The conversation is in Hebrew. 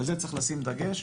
על זה צריך לשים דגש,